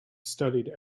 studied